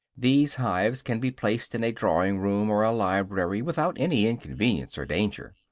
these hives can be placed in a drawing-room or a library without any inconvenience or danger.